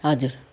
हजुर